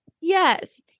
Yes